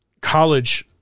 college